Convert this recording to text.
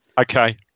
okay